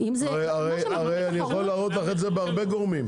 הרי אני יכול להראות לך את זה בהרבה גורמים,